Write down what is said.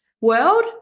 world